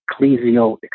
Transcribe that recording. ecclesial